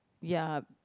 ya